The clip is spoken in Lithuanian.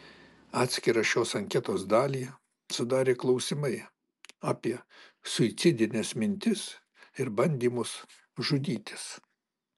atskirą šios anketos dalį sudarė klausimai apie suicidines mintis ir bandymus žudytis